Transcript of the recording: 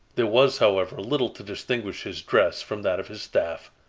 there was, however, little to distinguish his dress from that of his staff,